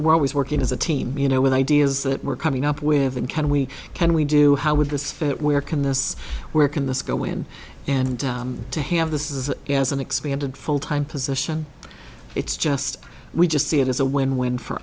we're always working as a team you know with ideas that we're coming up with and can we can we do how would this fit where can this where can this go in and to have this is as an expanded full time position it's just we just see it as a win win for